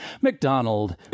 McDonald